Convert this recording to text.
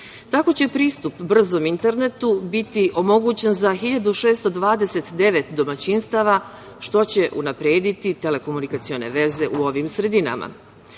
Tako će pristup brzom internetu biti omogućen za 1.629 domaćinstava, što će unaprediti telekomunikacione veze u ovim sredinama. Takođe,